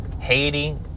Haiti